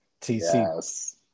TC